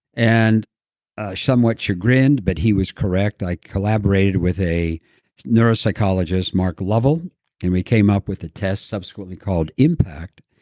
and ah somewhat chagrined but he was correct. i collaborated with a neuropsychologist, mark lovell and we came up with a test subsequently called impact,